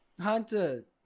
Hunter